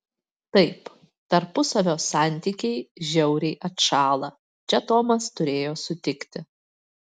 taip tarpusavio santykiai žiauriai atšąla čia tomas turėjo sutikti